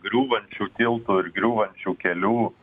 griūvančių tiltų ir griūvančių kelių